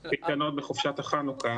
של קייטנות בחופשת החנוכה.